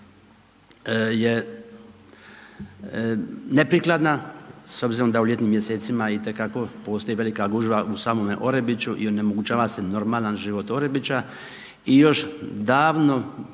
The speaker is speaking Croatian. je neprikladna s obzirom da u ljetnim mjesecima itekako postoji velika gužva u samome Orebiću i onemogućava se normalan život Orebića i još davno